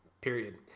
Period